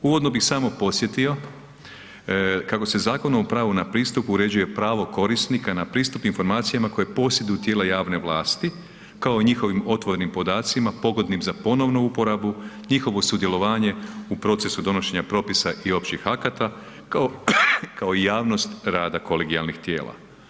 Uvodno bih samo podsjetio kako se Zakonom o pravu na pristup uređuje pravo korisnika na pristup informacijama koje posjeduju tijela javne vlasti kao njihovim otvorenim podacima pogodnim za ponovnu uporabu, njihovo sudjelovanje u procesu donošenja propisa i općih akata, kao javnost rada kolegijalnih tijela.